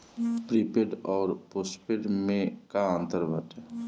Prepaid अउर postpaid में का अंतर बाटे?